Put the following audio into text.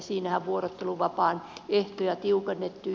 siinähän vuorotteluvapaan ehtoja tiukennettiin